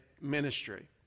ministry